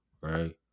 right